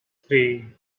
three